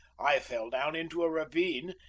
i fell down into a ravine,